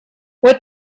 what